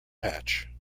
patch